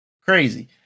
crazy